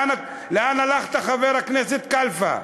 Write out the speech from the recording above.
לאן הלכת, חבר הכנסת קלפה?